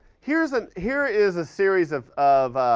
here is and here is a series of of